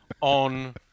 on